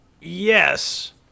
Yes